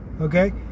Okay